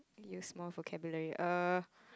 use more vocabulary err